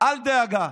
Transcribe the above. אל דאגה.